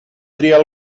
triar